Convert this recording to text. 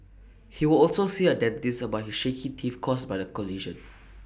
he will also see A dentist about his shaky teeth caused by the collision